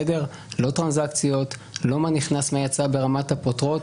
לא טרנזקציות, לא מה נכנס, מה יצא ברמת מפורטת.